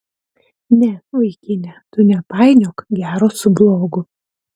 ne vaikine tu nepainiok gero su blogu